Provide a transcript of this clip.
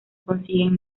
consiguen